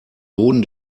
boden